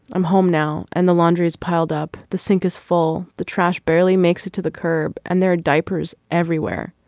i'm home now and the laundry is piled up. the sink is full. the trash barely makes it to the curb and there are diapers everywhere.